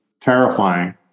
terrifying